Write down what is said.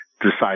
decide